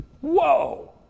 Whoa